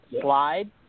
slide